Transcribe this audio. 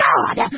God